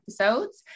episodes